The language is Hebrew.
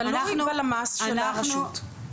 תלוי בלמ"ס של הרשות.